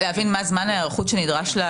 צריך להבין מה זמן ההיערכות שנדרש.